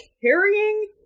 carrying